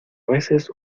veces